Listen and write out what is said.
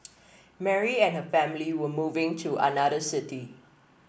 Mary and her family were moving to another city